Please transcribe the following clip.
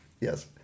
Yes